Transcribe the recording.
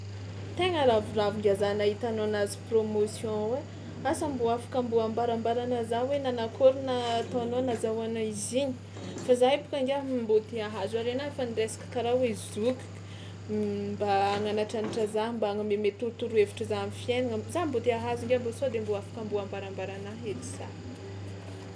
Tegna ravoravo ngiahy za nahita anao nahazo promotion ai, asa mbô afaka mbô ambarambaranà za hoe nanakôry nataonao nazahoana izy igny? Fa za e boka ngiahy mbô te hahazo ary anà efa noraisiko karaha hoe zokiko m- mba hananatranatra za mba hagnameme torotorohevitra za am'fiaignana za mbô te hahazo ngiahy mbô sao de mbô afaka mbô ambarambaranà hely za.